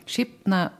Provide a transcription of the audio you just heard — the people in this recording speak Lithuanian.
šiaip na